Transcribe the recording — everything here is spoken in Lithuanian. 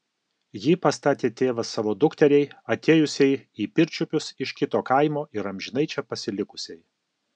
jį pastatė tėvas savo dukteriai atėjusiai į pirčiupius iš kito kaimo ir amžinai čia pasilikusiai